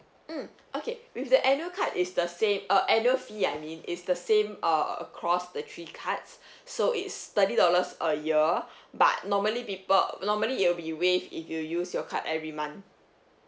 mm okay with the annual card is the same uh annual fee I mean is the same uh across the three cards so it's thirty dollars a year but normally people normally it'll be waive if you use your card every month